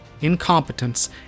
incompetence